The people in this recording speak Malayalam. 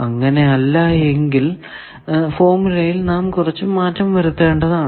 അങ്ങനെ അല്ല എങ്കിൽ ഫോർമുലയിൽ നാം കുറച്ചു മാറ്റം വരുത്തേണ്ടതാണ്